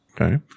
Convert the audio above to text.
Okay